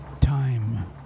Time